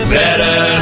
better